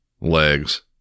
legs